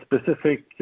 specific